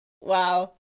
Wow